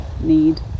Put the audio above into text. need